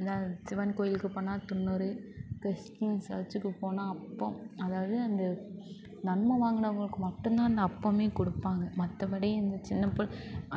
அந்த சிவன் கோவிலுக்குப் போனால் துன்னூரு கிறிஸ்ட்டின் சர்ச்சுக்கு போனால் அப்பம் அதாவது அந்த நன்மை வாங்கினவங்களுக்கு மட்டுந்தான் அந்த அப்பமே கொடுப்பாங்க மற்றபடி அந்த சின்ன பிள்ள